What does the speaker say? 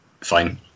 fine